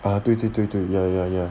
啊对对对对 ya ya ya